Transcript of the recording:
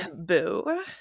boo